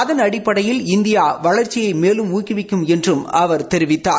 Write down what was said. அதன் அடிப்படையில் இந்தியா வளர்ச்சியை மேலும் ஊக்குவிக்கும் என்றும் அவர் தெரிவித்தார்